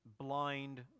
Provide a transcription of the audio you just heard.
blind